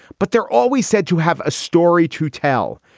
but they're always said to have a story to tell.